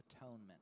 atonement